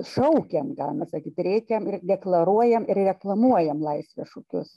šaukiam galima sakyt rėkiam ir deklaruojam reklamuojam laisvės šūkius